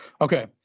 Okay